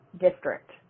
district